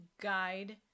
guide